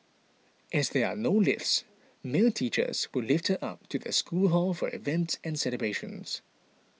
as there are no lifts male teachers would lift her up to the school hall for events and celebrations